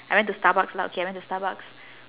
I went to starbucks lah okay I went to starbucks